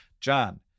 John